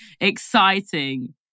exciting